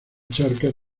charcas